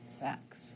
facts